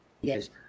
yes